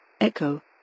Echo